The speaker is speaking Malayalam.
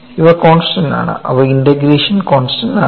ഇവ കോൺസ്റ്റൻസ് ആണ് അവ ഇന്റഗ്രേഷൻ കോൺസ്റ്റൻസ് ആണ്